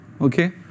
Okay